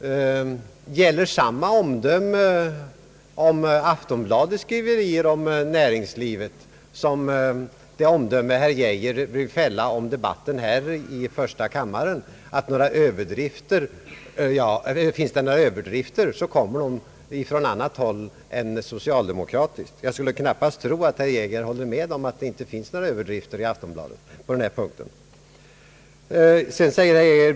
Gäller samma omdöme om Aftonbladets skriverier om näringslivet som det omdöme herr Geijer vill fälla om debatten här i första kammaren, nämligen att om det förekommer några överdrifter, så kommer de från annat håll än det socialdemokratiska? Jag skulle knappast tro att herr Geijer håller med om att det inte förekommer några överdrifter i Aftonbladet på denna punkt.